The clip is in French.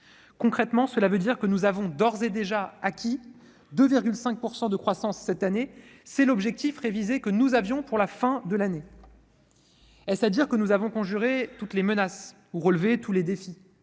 Concrètement, cela veut dire que nous avons d'ores et déjà acquis 2,5 % de croissance cette année, conformément à l'objectif révisé que nous avons fixé. Est-ce à dire que nous avons conjuré toutes les menaces ou relevé tous les défis ?